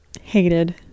hated